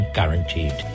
Guaranteed